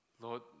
Lord